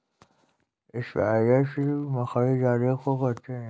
spider silk मकड़ी जाले को कहते हैं